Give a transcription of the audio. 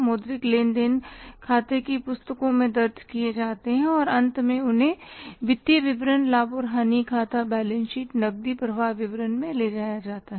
मौद्रिक लेन देन खाते की पुस्तकों में दर्ज किए जाते हैं और अंत में उन्हें वित्तीय विवरण लाभ और हानि खाते बैलेंस शीट नकदी प्रवाह विवरण में ले जाया जाता है